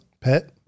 pet